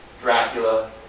Dracula